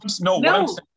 no